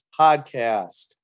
podcast